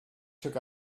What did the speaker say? took